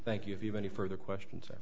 thank you if you have any further question